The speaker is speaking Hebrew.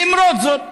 למרות זאת,